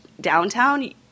downtown